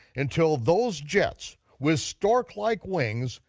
until those jets, with stork-like wings,